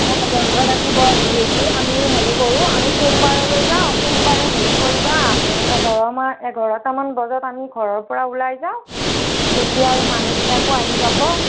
অ বন্ধ থাকিব যিহেতু আমি হেৰি কৰোঁ আমি সোমবাৰলৈ যাওঁ সোমবাৰে হেৰি কৰিবা এঘাৰমান এঘাৰটামান বজাত আমি ঘৰৰ পৰা ওলাই যাওঁ তেতিয়া আৰু মানুহবিলাকো আহি পাব